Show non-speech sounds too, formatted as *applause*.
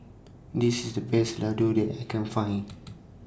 This IS The Best Ladoo that I Can Find *noise*